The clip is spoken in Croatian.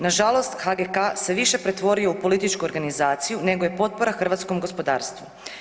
Nažalost HGK se više pretvorio u političku organizaciju nego je potpora hrvatskom gospodarstvu.